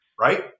right